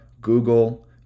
Google